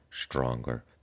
stronger